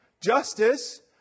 Justice